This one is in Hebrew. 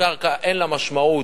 הקרקע אין לה משמעות,